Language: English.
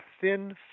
thin